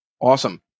Awesome